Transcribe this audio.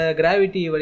gravity